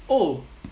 oh